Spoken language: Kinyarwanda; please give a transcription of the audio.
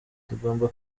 tugomba